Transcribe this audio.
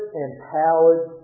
empowered